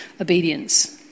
obedience